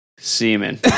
Semen